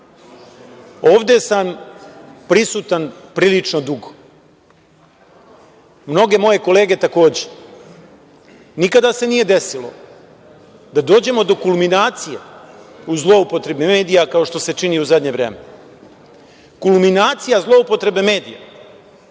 ovde sam prisutan prilično dugo. Mnoge moje kolege takođe, nikada se nije desilo da dođemo do kulminacije u zloupotrebi medija, kao što se čini u zadnje vreme. Kulminacija zloupotrebe medija,